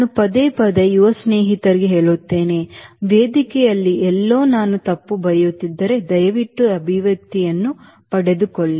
ನಾನು ಪದೇ ಪದೇ ಯುವ ಸ್ನೇಹಿತರಿಗೆ ಹೇಳುತ್ತೇನೆ ವೇದಿಕೆಯಲ್ಲಿ ಎಲ್ಲೋ ನಾನು ತಪ್ಪು ಬರೆಯುತ್ತಿದ್ದರೆ ದಯವಿಟ್ಟು ಈ ಅಭಿವ್ಯಕ್ತಿಯನ್ನು ಪಡೆದುಕೊಳ್ಳಿ